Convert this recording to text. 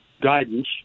guidance